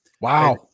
Wow